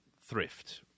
thrift